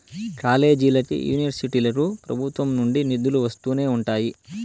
కాలేజీలకి, యూనివర్సిటీలకు ప్రభుత్వం నుండి నిధులు వస్తూనే ఉంటాయి